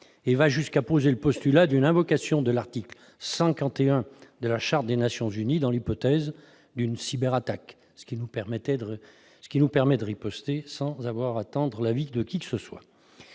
et va jusqu'à poser le postulat d'une invocation de l'article 51 de la charte des Nations unies dans l'hypothèse d'une cyberattaque, ce qui nous permettrait de riposter sans avoir à attendre l'avis de qui que ce soit.